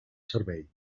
servei